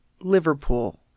Liverpool